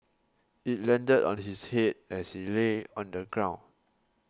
it landed on his head as he lay on the ground